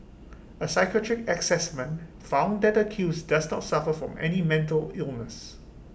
A psychiatric Assessment found that the accused does not suffer from any mental illness